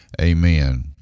Amen